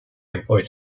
employed